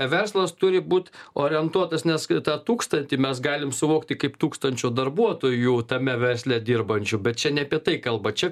verslas turi būt orientuotas nes tą tūkstantį mes galim suvokti kaip tūkstančio darbuotojų tame versle dirbančių bet čia ne apie tai kalba čia